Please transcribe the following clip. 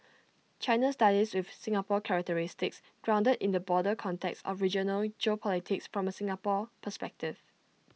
China studies with Singapore characteristics grounded in the broader context of regional geopolitics from A Singapore perspective